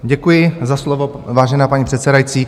Děkuji za slovo, vážená paní předsedající.